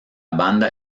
banda